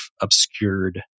obscured